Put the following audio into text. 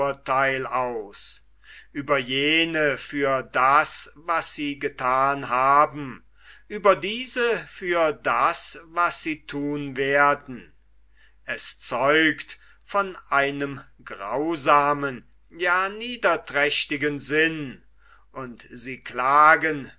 verdammungsurtheil aus über jene für das was sie gethan haben über diese für das was sie thun werden es zeugt von einem grausamen ja niederträchtigen sinn und sie klagen